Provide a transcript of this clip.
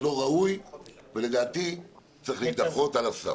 זה לא ראוי ולדעתי צריך להידחות על הסף.